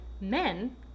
men